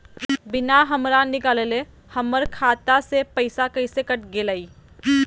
बिना हमरा निकालले, हमर खाता से पैसा कैसे कट गेलई?